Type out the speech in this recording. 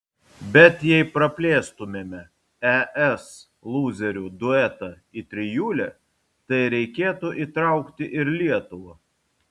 bet jei praplėstumėme es lūzerių duetą į trijulę tai reikėtų įtraukti ir lietuvą